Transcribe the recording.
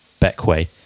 Beckway